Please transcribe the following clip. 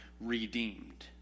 redeemed